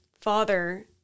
father